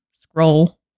scroll